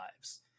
lives